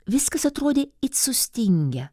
viskas atrodė it sustingę